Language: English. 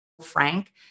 frank